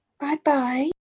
Bye-bye